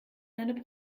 deine